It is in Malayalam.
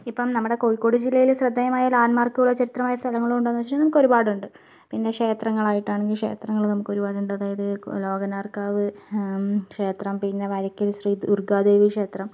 ഇപ്പം നമ്മുടെ കോഴിക്കോട് ജില്ലയില് ശ്രദ്ധേയമായ ലന്മാർക്കുകളോ ചരിത്രമായ സ്ഥലങ്ങളോ ഉണ്ടെന്ന് ചോദിച്ചാൽ നമുക്ക് ഒരുപാടുണ്ട് പിന്നെ ക്ഷേത്രങ്ങളായിത്താണെങ്കിൽ ക്ഷേത്രങ്ങൾ നമുക്ക് ഒരുപാടുണ്ട് അതായത് ലോകനാർക്കാവ് ക്ഷേത്രം പിന്നെ വരക്കൽ ശ്രീ ദുർഗ്ഗാദേവി ക്ഷേത്രം